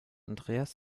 andreas